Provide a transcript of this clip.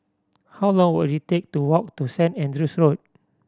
how long will it take to walk to Saint Andrew's Road